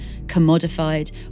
commodified